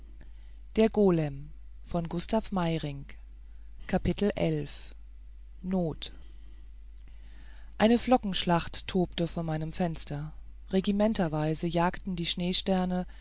selbst not eine flockenschlacht tobte vor meinem fenster regimenterweise jagten die